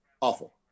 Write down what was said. awful